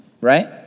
right